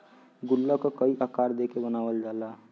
गुल्लक क कई आकार देकर बनावल जाला